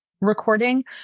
recording